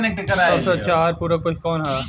सबसे अच्छा आहार पूरक पशु कौन ह?